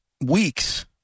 weeks